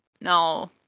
no